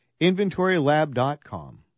InventoryLab.com